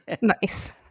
nice